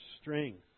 strength